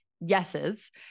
yeses